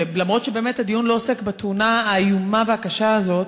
ולמרות שבאמת הדיון לא עוסק בתאונה האיומה והקשה הזו,